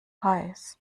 heiß